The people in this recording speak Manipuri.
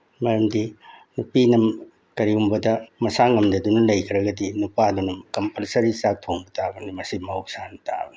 ꯃꯔꯝꯗꯤ ꯅꯨꯄꯤꯅ ꯀꯔꯤꯒꯨꯝꯕꯗ ꯃꯁꯥ ꯉꯝꯗꯗꯨꯅ ꯂꯩꯈ꯭ꯔꯒꯗꯤ ꯅꯨꯄꯥꯗꯨꯅ ꯀꯝꯄꯜꯁꯔꯤ ꯆꯥꯛ ꯊꯣꯡꯕ ꯇꯥꯕꯅꯤ ꯃꯁꯤ ꯃꯍꯧꯁꯥꯅ ꯇꯥꯕꯅꯤ